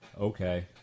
Okay